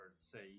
say